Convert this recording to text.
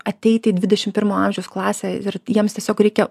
ateiti į dvidešimt pirmo amžiaus klasę ir jiems tiesiog reikia